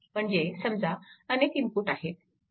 म्हणजे समजा अनेक इनपुट आहेत